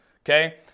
okay